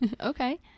Okay